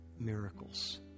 miracles